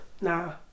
Nah